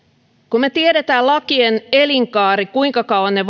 kun me tiedämme lakien elinkaaren kuinka kauan ne